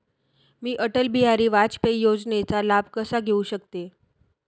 मी अटल बिहारी वाजपेयी योजनेचा लाभ कसा घेऊ शकते?